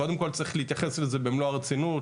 קודם כול צריך להתייחס לזה במלוא הרצינות,